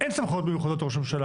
אין סמכויות מיוחדות לראש הממשלה.